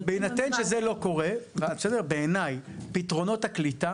אז בהינתן שזה לא קורה, פתרונות הקליטה